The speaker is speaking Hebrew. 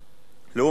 לעומת זאת,